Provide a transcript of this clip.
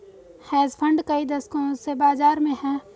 hedge fund कई दशकों से बाज़ार में हैं